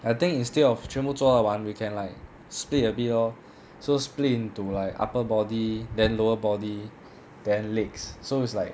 I think instead of 全部做到完 we can like split a bit lor so split into like upper body then lower body then legs so it's like